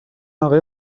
آقای